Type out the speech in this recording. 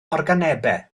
organebau